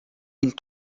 une